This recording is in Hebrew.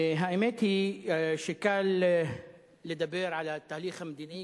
האמת היא שקל לדבר על התהליך המדיני,